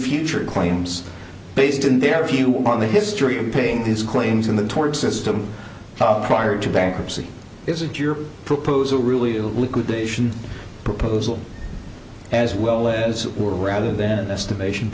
future claims based in their view on the history of paying these claims in the torque system prior to bankruptcy is that your proposal really liquidation proposal as well as world rather than estimation